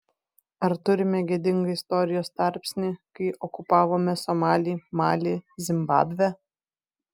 ar turime gėdingą istorijos tarpsnį kai okupavome somalį malį zimbabvę